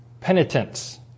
penitence